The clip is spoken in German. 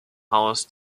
haus